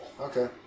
Okay